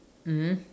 mm